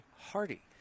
Hardy